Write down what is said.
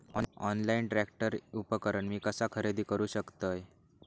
Online tractor उपकरण मी कसा खरेदी करू शकतय?